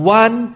one